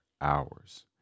hours